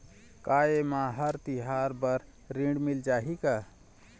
का ये मा हर तिहार बर ऋण मिल जाही का?